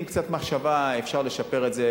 עם קצת מחשבה אפשר לשפר את זה,